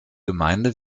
gemeinde